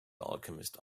alchemist